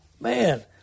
man